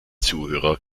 zuhörer